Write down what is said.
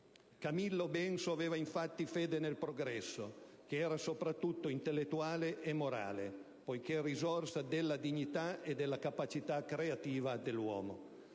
Camillo Benso aveva infatti fede nel progresso che era sopratutto intellettuale e morale, poiché risorsa della dignità e della capacità creativa dell'uomo.